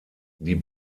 die